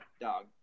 dog